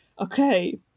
okay